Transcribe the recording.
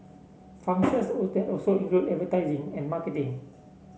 functions old that also include advertising and marketing